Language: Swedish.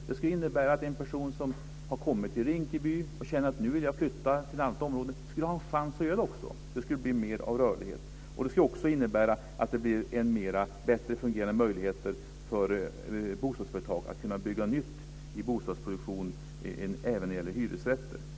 Det skulle innebära att en person som har kommit till Rinkeby och känner att han vill flytta till ett annat område skulle ha en chans att göra det. Det skulle bli mer rörlighet. Det skulle också innebära bättre möjligheter för bostadsföretag att bygga nytt även när det gäller hyresrätter.